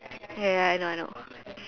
ya ya I know I know